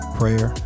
prayer